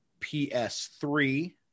PS3